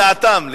לדעתם.